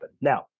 Now